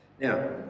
Now